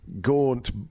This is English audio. gaunt